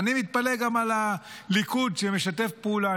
ואני מתפלא גם על הליכוד, שמשתף פעולה.